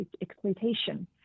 exploitation